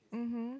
mmhmm